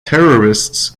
terrorists